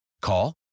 Call